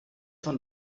von